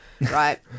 right